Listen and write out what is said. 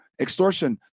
extortion